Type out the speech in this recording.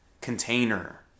container